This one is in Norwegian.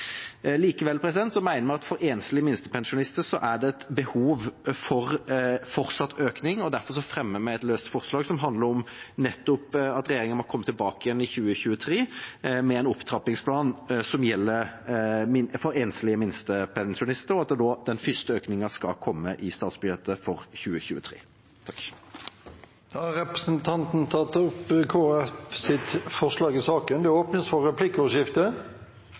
vi at for enslige minstepensjonister er det et behov for fortsatt økning, og derfor fremmer vi et løst forslag som handler om nettopp at regjeringen må komme tilbake igjen i 2023 med en opptrappingsplan som gjelder for enslige minstepensjonister, og at den første økningen skal komme i statsbudsjettet for 2023. Representanten Kjell Ingolf Ropstad har tatt opp